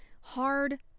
hard